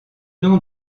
nom